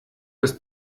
das